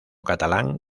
catalán